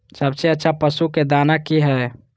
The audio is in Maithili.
सबसे अच्छा पशु के दाना की हय?